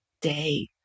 day